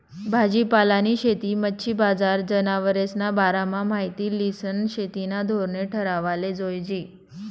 भाजीपालानी शेती, मच्छी बजार, जनावरेस्ना बारामा माहिती ल्हिसन शेतीना धोरणे ठरावाले जोयजे